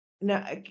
Now